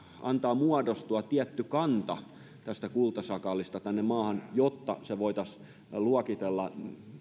antaa muodostua tietty kanta kultasakaalista tänne maahan jotta se voitaisiin luokitella